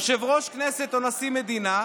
יושב-ראש כנסת או נשיא מדינה,